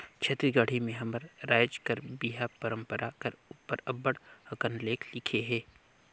छत्तीसगढ़ी में हमर राएज कर बिहा परंपरा कर उपर अब्बड़ अकन लेख लिखे हे